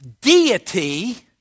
deity